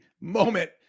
moment